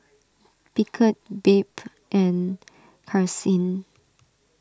Beckett Babe and Karsyn